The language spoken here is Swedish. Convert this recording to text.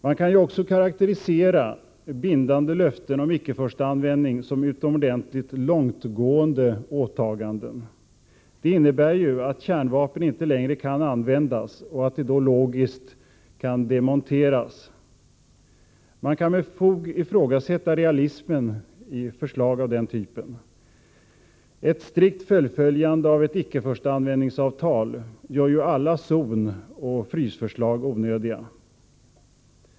Man kan också karakterisera bindande löften om icke-förstaanvändning som utomordentligt långtgående åtaganden. De innebär ju att kärnvapen inte längre kan användas och att de då logiskt kan demonteras. Man kan med fog ifrågasätta realismen i förslag av denna typ. Ett strikt fullföljande av ett icke-förstaanvändningsavtal gör alla zonoch frysförslag onödiga.